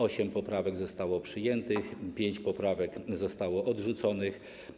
Osiem poprawek zostało przyjętych, pięć poprawek zostało odrzuconych.